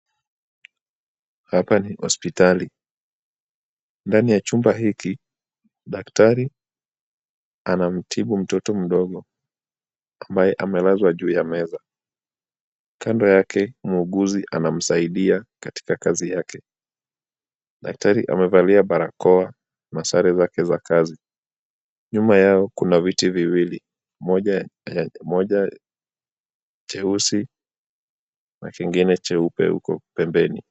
Hapa ni hospitali. Ndani ya chumba hiki daktari anamtibu mtoto mdogo ambaye amelazwa juu ya meza. Kando yake muuguzi anamsaidia katika kazi yake. Daktari amevalia barakoa na sare zake za kazi. Nyuma yao kuna viti viwili moja cheusi na kingine cheupe uko pembeni.